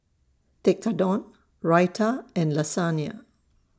Tekkadon Raita and Lasagna